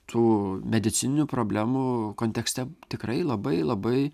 tų medicininių problemų kontekste tikrai labai labai